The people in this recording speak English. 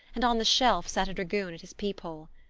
and on the shelf sat a dragoon at his peep-hole.